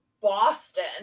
Boston